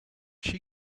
she